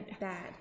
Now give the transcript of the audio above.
Bad